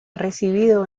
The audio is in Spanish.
recibido